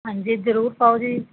ਹਾਂਜੀ ਜ਼ਰੂਰ ਪਾਓ ਜੀ